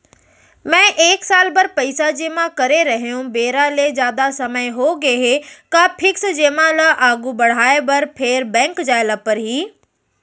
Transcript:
मैं एक साल बर पइसा जेमा करे रहेंव, बेरा ले जादा समय होगे हे का फिक्स जेमा ल आगू बढ़ाये बर फेर बैंक जाय ल परहि?